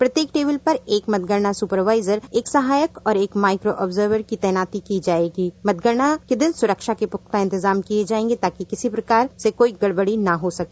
प्रत्येक टेबल पर एक मतगणना सुपर बाइजर एक सहायक और एक माइक्रो ऑब्जर्बर की तैनाती रहेगी मतगणना के दिन सुरक्षा के भी पुख्ता इंतजाम किए जाएंगे ताकि किसी भी प्रकार से कोई गड़बड़ी न हो सके